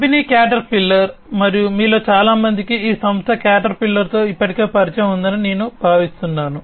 company Caterpillar మరియు మీలో చాలా మందికి ఈ సంస్థ క్యాటర్ పిల్లర్ తో ఇప్పటికే పరిచయం ఉందని నేను భావిస్తున్నాను